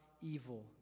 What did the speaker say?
evil